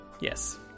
Yes